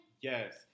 Yes